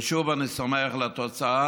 ושוב, אני שמח על התוצאה.